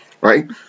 right